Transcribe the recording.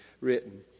written